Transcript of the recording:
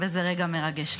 וזה רגע מרגש.